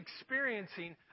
experiencing